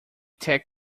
tech